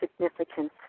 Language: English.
significance